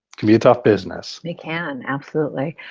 can be a tough business. it can, absolutely.